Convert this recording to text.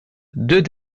deux